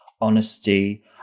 honesty